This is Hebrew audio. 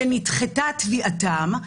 שנדחתה תביעתם.